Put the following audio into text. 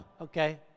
okay